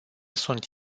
sunt